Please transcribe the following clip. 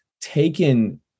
taken